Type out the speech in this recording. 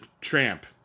tramp